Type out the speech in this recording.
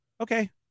Okay